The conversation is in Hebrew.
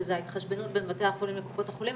שזה ההתחשבנות בין קופות החולים לבתי החולים,